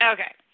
Okay